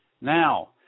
now